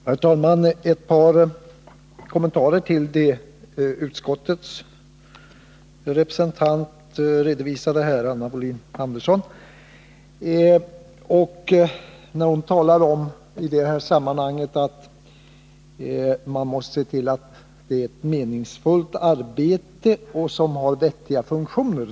Herr talman! Ett par kommentarer till det som utskottets representant redovisade här. Anna Wohlin-Andersson talade om att man måste se till att väderobservatörerna har ett meningsfullt arbete med vettiga funktioner.